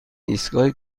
ایستگاه